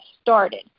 started